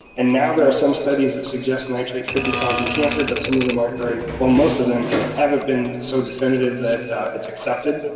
and now there are some studies that suggest nitrate could be causing cancer, but some of them aren't very. well, most of them haven't been so definitive that it's accepted